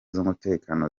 z’umutekano